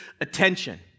attention